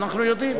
אנחנו יודעים.